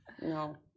No